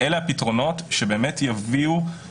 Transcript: זה ברור שזה הסיפור שגרם לעלייה במספר התלונות.